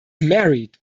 married